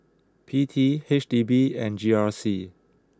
P T H D B and G R C